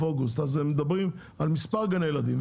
אוגוסט ולמעשה הם מדברים על מספר גני ילדים.